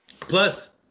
Plus